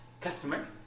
customer